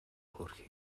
хөөрхий